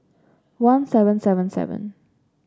one seven seven seven